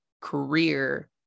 career